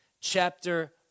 chapter